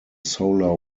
solar